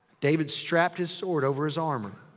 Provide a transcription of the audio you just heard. david strapped his sword over his armor.